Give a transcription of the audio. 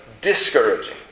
discouraging